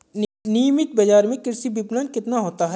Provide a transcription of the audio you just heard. नियमित बाज़ार में कृषि विपणन कितना होता है?